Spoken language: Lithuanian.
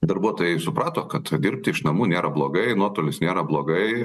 darbuotojai suprato kad dirbti iš namų nėra blogai nuotolis nėra blogai